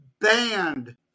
banned